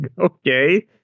Okay